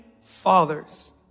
fathers